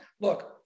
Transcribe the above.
look